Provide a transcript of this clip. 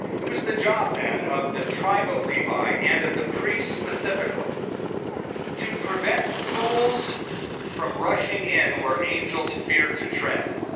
it was the job then of the tribe of levi and of the priests specifically to prevent fools from rushing in where angels feared to tread.